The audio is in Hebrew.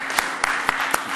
(מחיאות כפיים)